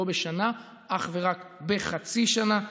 לא בשנה אלא אך ורק בחצי שנה,